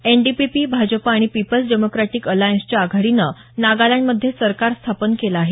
N D P P Bhajpa आणि people's democratic अलायन्सच्या आघाडीनं नागालँडमध्ये सरकार स्थापन केलं आहे